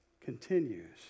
continues